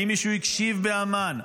האם מישהו הקשיב באמ"ן?